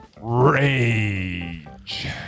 rage